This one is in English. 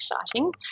exciting